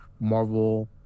Marvel